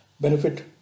benefit